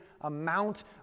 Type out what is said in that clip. amount